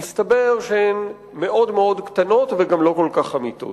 מסתבר שהן קטנות מאוד וגם לא כל כך אמיתות.